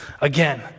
Again